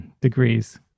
degrees